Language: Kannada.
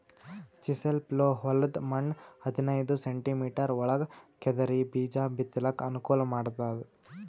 ಚಿಸೆಲ್ ಪ್ಲೊ ಹೊಲದ್ದ್ ಮಣ್ಣ್ ಹದನೈದ್ ಸೆಂಟಿಮೀಟರ್ ಒಳಗ್ ಕೆದರಿ ಬೀಜಾ ಬಿತ್ತಲಕ್ ಅನುಕೂಲ್ ಮಾಡ್ತದ್